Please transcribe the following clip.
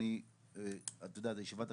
ואתה יודע זו